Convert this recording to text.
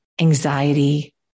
anxiety